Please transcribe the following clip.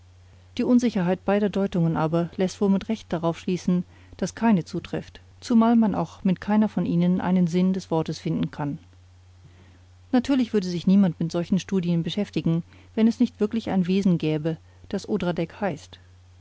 die unsicherheit beider deutungen aber läßt wohl mit recht darauf schließen daß keine zutrifft zumal man auch mit keiner von ihnen einen sinn des wortes finden kann natürlich würde sich niemand mit solchen studien beschäftigen wenn es nicht wirklich ein wesen gäbe das odradek heißt